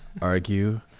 argue